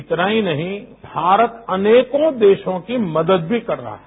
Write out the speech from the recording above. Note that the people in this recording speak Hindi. इतना ही नहीं भारत अनेकों देशों की मदद भी कर रहा है